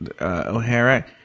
O'Hara